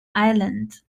islands